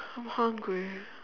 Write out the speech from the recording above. I'm hungry